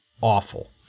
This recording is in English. awful